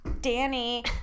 Danny